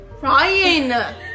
Ryan